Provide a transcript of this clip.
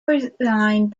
resigned